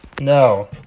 No